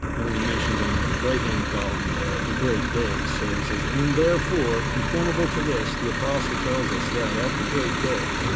and then he mentions on the right hand column there, the great day. so he says, and therefore, conformable to this, the apostle tells us that at the great day,